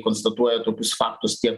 konstatuoja tokius faktus tiek